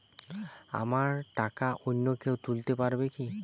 আমার টাকা অন্য কেউ তুলতে পারবে কি?